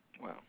Wow